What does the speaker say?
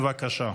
בבקשה.